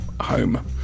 home